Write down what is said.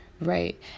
Right